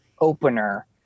opener